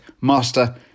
Master